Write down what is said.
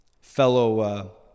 fellow